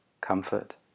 comfort